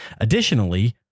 Additionally